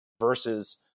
versus